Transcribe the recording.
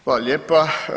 Hvala lijepa.